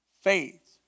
faith